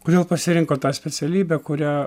kodėl pasirinkot tą specialybę kurią